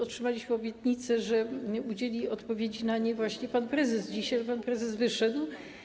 Otrzymaliśmy obietnicę, że udzieli odpowiedzi na nie właśnie pan prezes dziś, ale pan prezes wyszedł.